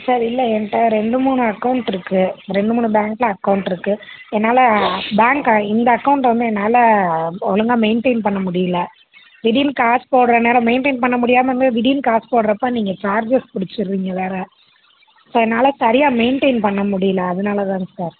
sir இல்லை என்கிட்ட ரெண்டு மூணு அக்கௌண்ட் இருக்குது ரெண்டு மூணு பேங்க்ல அக்கௌண்ட் இருக்குது என்னால் பேங்க்கை இந்த அக்கௌண்ட்டை வந்து என்னால் ஒழுங்கா மெயின்டெயின் பண்ண முடியலை திடீர்ன்னு காசு போடுற நேரம் மெயின்டெயின் பண்ண முடியாமல் இல்லை திடீர்ன்னு காசு போடுறப்ப நீங்கள் சார்ஜஸ் பிடிச்சிறீங்க வேற ஸோ என்னால் சரியாக மெயின்டெயின் பண்ண முடியலை அதனால் தாங்க சார்